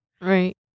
Right